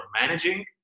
managing